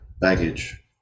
baggage